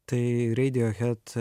tai radiohead